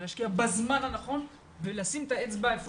אלא להשקיע בזמן הנכון ולשים את האצבע במקום